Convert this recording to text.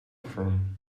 from